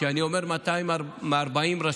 כשאני אומר 240 רשויות,